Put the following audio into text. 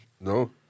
No